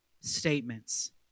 statements